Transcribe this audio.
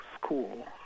school